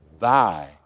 thy